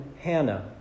Hannah